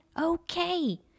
okay